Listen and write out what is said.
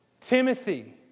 Timothy